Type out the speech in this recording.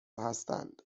هستند